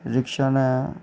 rickshaw नै